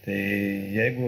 tai jeigu